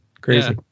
Crazy